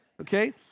Okay